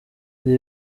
ibi